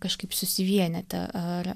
kažkaip susivienyti ar